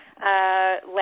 last